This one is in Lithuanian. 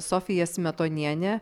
sofija smetonienė